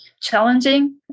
challenging